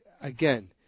Again